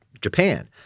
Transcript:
Japan